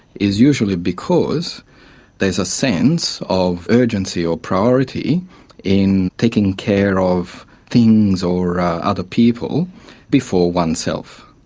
it's usually because there's a sense of urgency or priority in taking care of things or other people before oneself.